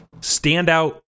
standout